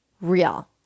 real